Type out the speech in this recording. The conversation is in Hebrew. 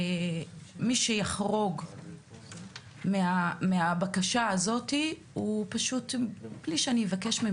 ומי שיחרוג מהבקשה הזאת, מבלי שאני אפילו אבקש,